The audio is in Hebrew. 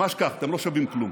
ממש כך, אתם לא שווים כלום.